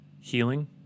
healing